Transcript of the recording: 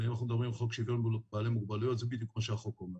ואם אנחנו מדברים על חוק שוויון בעלי מוגבלויות זה בדיוק מה שהחוק אומר.